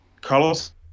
Carlos